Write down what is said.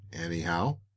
anyhow